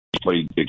played